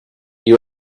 you